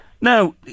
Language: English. Now